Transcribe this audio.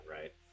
right